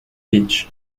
beach